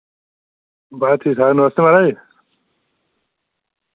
बस ठीक ठाक नमस्ते माराज